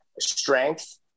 strength